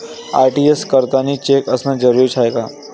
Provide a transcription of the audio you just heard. RTGS करतांनी cheque असनं जरुरीच हाय का?